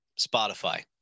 Spotify